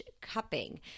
cupping